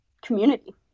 community